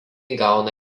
gauna